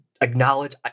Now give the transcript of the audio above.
acknowledge